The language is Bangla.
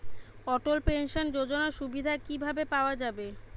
অটল পেনশন যোজনার সুবিধা কি ভাবে পাওয়া যাবে?